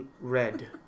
red